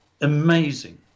Amazing